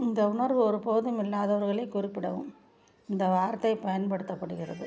இந்த உணர்வு ஒருபோதும் இல்லாதவர்களைக் குறிப்பிடவும் இந்த வார்த்தை பயன்படுத்தப்படுகிறது